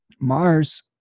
Mars